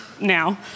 now